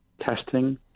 testing